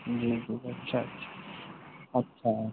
جی اچھا اچھا اچھا